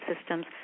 systems